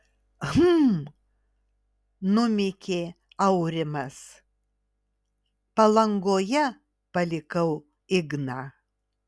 hm numykė aurimas palangoje palikau igną